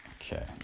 Okay